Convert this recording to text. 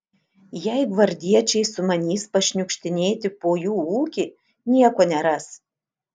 jei gvardiečiai sumanys pašniukštinėti po jų ūkį nieko neras